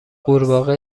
غورباغه